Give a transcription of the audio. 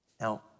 Now